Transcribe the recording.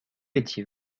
étiez